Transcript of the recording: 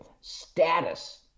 status